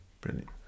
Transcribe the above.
brilliant